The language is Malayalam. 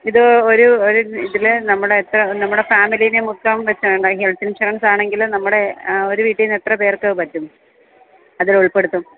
ഇത് ഒരു ഒരു ഇതില് നമ്മുടെ എത്ര നമ്മുടെ ഫാമിലീനെ മൊത്തം വെച്ചാണെങ്കില് ഹെല്ത്ത് ഇന്ഷുറന്സ് ആണെങ്കിൽ നമ്മുടെ ഒരു വീട്ടിന്നെത്ര പേര്ക്ക് പറ്റും അതിലുള്പ്പെടുത്തും